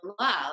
love